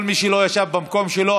כל מי שלא ישב במקום שלו,